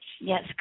Yes